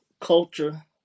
culture